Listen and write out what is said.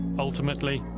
ultimately,